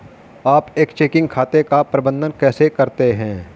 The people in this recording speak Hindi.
आप एक चेकिंग खाते का प्रबंधन कैसे करते हैं?